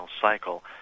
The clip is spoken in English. cycle